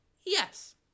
Yes